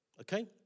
okay